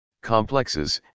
complexes